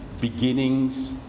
beginnings